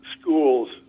schools